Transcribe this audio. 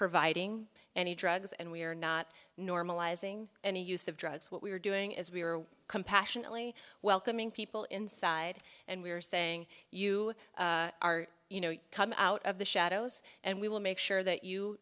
providing any drugs and we are not normalizing any use of drugs what we are doing is we are compassionately welcoming people inside and we are saying you are you know come out of the shadows and we will make sure that you